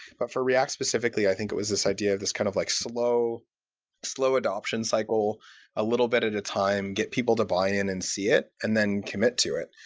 but for react specifically, i think it was this idea of this kind of like slow slow adoption cycle a little bit at a time, get people to buy in and see it and then commit to it.